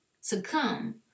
succumb